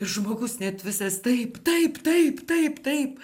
žmogus net visas taip taip taip taip taip